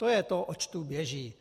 To je to, oč tu běží.